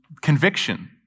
conviction